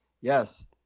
Yes